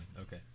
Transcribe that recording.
Okay